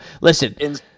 Listen